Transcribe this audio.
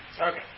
Okay